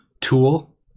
tool